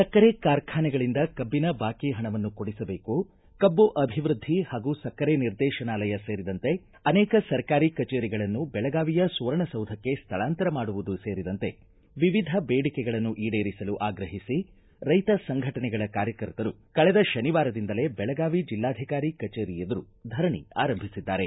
ಸಕ್ಕರೆ ಕಾರ್ಖಾನೆಗಳಿಂದ ಕಬ್ಬನ ಬಾಕಿ ಹಣವನ್ನು ಕೊಡಿಸಬೇಕು ಮತ್ತು ಕಬ್ಬು ಅಭಿವೃದ್ದಿ ಹಾಗೂ ಸಕ್ಕರೆ ನಿರ್ದೇಶನಾಲಯ ಸೇರಿದಂತೆ ಅನೇಕ ಸರ್ಕಾರಿ ಕಚೇರಿಗಳನ್ನು ಬೆಳಗಾವಿಯ ಸುವರ್ಣಸೌಧಕ್ಕೆ ಸ್ಥಳಾಂತರ ಮಾಡುವುದು ಸೇರಿದಂತೆ ವಿವಿಧ ಬೇಡಿಕೆಗಳನ್ನು ಈಡೇರಿಸಲು ಆಗ್ರಹಿಸಿ ರೈತ ಸಂಘಟನೆಗಳ ಕಾರ್ಯಕರ್ತರು ಕಳೆದ ಶನಿವಾರದಿಂದಲೇ ಬೆಳಗಾವಿ ಜೆಲ್ಲಾಧಿಕಾರಿ ಕಚೇರಿ ಎದುರು ಧರಣಿ ಆರಂಭಿಸಿದ್ದಾರೆ